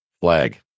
flag